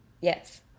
Yes